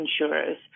insurers